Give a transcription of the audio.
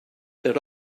that